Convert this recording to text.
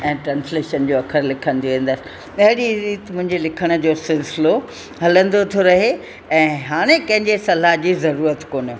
ऐं ट्रांस्लेशन जो अखरु लिखंदी वेंदसि अहिड़ी रीति मुंहिंजे लिखण जो सिलसिलो हलंदो थो रहे ऐं हाणे कंहिं जी सलाह जी ज़रूरत कान्हे